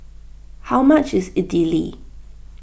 how much is Idili